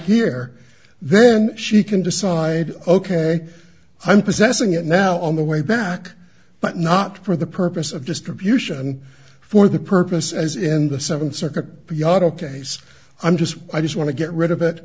here then she can decide ok i'm possessing it now on the way back but not for the purpose of distribution for the purpose as in the seventh circuit beyond ok's i'm just i just want to get rid of it